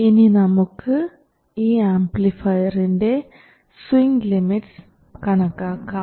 ഇനി നമുക്ക് ഈ ആംപ്ലിഫയറിൻറെ സ്വിങ് ലിമിറ്റ്സ് കണക്കാക്കാം